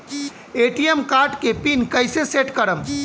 ATM card के pin कैसे set करम?